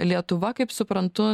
lietuva kaip suprantu